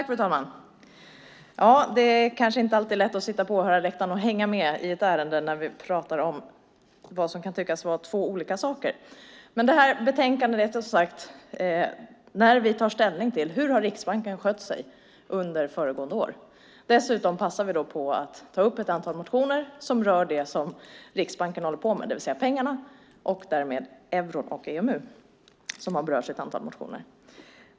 Fru talman! Det är inte alltid lätt när man sitter på åhörarläktaren att hänga med i ett ärende när vi pratar om vad som kan tyckas vara två olika saker. Vi har här att ta ställning till hur Riksbanken skött sig under föregående år. Dessutom passar vi på att ta upp ett antal motioner som rör det som Riksbanken håller på med, det vill säga pengarna, och därmed euro och EMU som berörs i ett antal motioner.